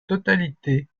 totalité